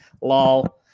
Lol